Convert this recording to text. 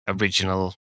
original